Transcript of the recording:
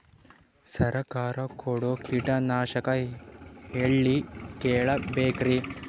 ಸರಕಾರ ಕೊಡೋ ಕೀಟನಾಶಕ ಎಳ್ಳಿ ಕೇಳ ಬೇಕರಿ?